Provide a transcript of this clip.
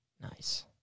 Nice